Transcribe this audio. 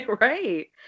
right